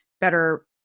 better